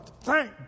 Thank